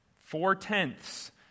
Four-tenths